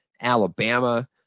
Alabama